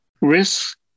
risk